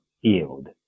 yield